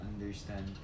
understand